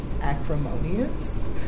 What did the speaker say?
acrimonious